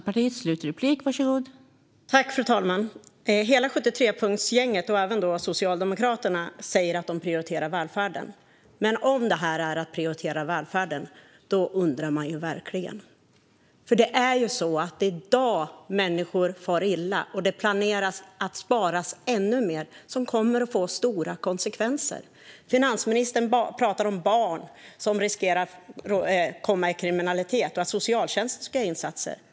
Fru talman! Hela 73-punktsgänget, även Socialdemokraterna, säger att de prioriterar välfärden. Men om det här är att prioritera välfärden undrar man ju verkligen. Det är nämligen så att människor far illa i dag men att ännu mer besparingar planeras. Det kommer att få stora konsekvenser. Finansministern talar om barn som riskerar att hamna i kriminalitet och att socialtjänsten ska göra insatser.